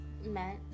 Met